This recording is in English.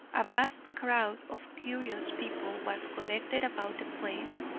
a vast crowd of curious people was collected about the place,